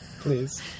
Please